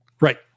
Right